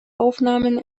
aufnahmen